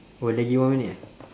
oh lagi one minute ah